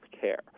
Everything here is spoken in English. care